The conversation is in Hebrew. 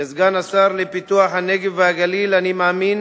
כסגן השר לפיתוח הנגב והגליל, אני מאמין